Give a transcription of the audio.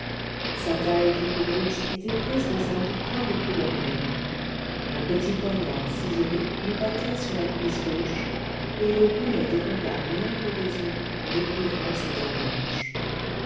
sa taille vigoureuse était prise dans un pourpoint de couleur brune un petit poignard ciselé lui battait sur la cuisse gauche et il roulait des regards langoureusement en découvrant ses dents blanches